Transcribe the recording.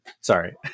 Sorry